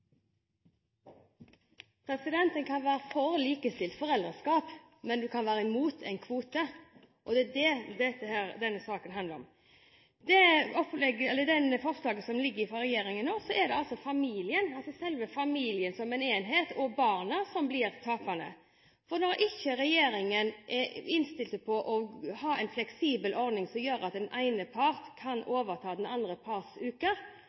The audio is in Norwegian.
kan være for likestilt foreldreskap, men imot en kvote, og det er det denne saken handler om. I det forslaget som ligger fra regjeringen nå, er det selve familien som en enhet og barna som blir taperne. For når ikke regjeringen er innstilt på å ha en fleksibel ordning som gjør at den ene part kan overta den andre